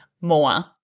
more